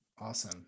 Awesome